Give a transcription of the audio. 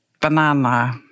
banana